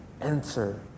enter